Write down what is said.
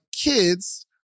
kids